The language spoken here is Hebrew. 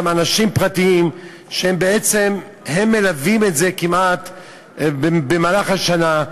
אנשים פרטיים שבעצם מלווים את זה כמעט כל מהלך השנה,